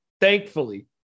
thankfully